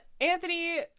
Anthony